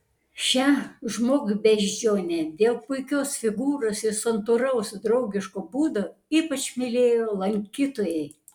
šią žmogbeždžionę dėl puikios figūros ir santūraus draugiško būdo ypač mylėjo lankytojai